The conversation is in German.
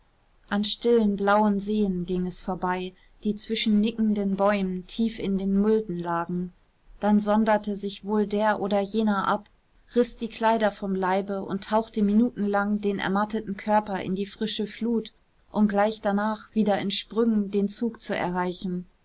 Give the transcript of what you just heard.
an stillen blauen seen ging es vorbei die zwischen nickenden bäumen tief in den mulden lagen dann sonderte sich wohl der oder jener ab riß die kleider vom leibe und tauchte minutenlang den ermatteten körper in die frische flut um gleich danach wieder in sprüngen den zug zu erreichen